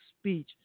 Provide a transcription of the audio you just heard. speech